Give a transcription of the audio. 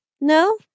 no